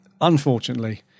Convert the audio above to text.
unfortunately